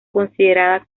considerada